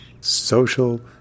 social